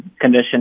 condition